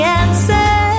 answer